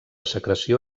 secreció